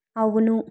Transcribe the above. అవును